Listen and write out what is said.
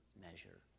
measure